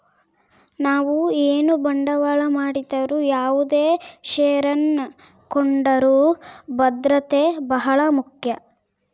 ನಾವು ಏನೇ ಬಂಡವಾಳ ಮಾಡಿದರು ಯಾವುದೇ ಷೇರನ್ನು ಕೊಂಡರೂ ಭದ್ರತೆ ಬಹಳ ಮುಖ್ಯ